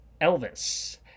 Elvis